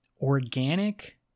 organic